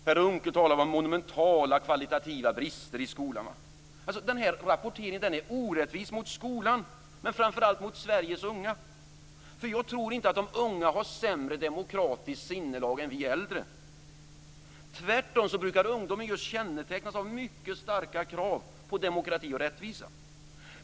Per Unckel talade om monumentala kvalitativa brister i skolan. Den här rapporteringen är orättvis mot skolan, men framför allt mot Sveriges unga. Jag tror inte att de unga har sämre demokratiskt sinnelag än vi äldre. Tvärtom brukar ungdomen just kännetecknas av mycket starka krav på demokrati och rättvisa.